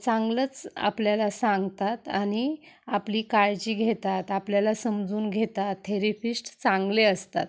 चांगलंच आपल्याला सांगतात आणि आपली काळजी घेतात आपल्याला समजून घेतात थेरिपिश्ट चांगले असतात